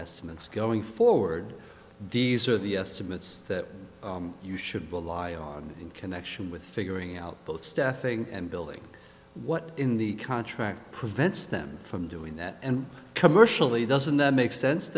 estimates going forward these are the estimates that you should be a lie on in connection with figuring out both staffing and building what in the contract prevents them from doing that and commercially doesn't make sense